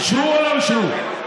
אישרו או לא אישרו?